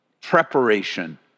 preparation